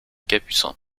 capucins